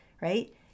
right